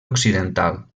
occidental